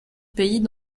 pays